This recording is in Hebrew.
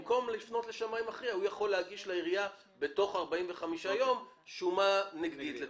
במקום זאת הוא יכול להגיש לעירייה תוך 45 יום שומה נגדית.